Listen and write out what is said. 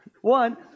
One